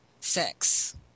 sex